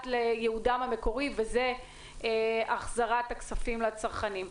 לייעודם המקורי וזה החזרת הכספים לצרכנים.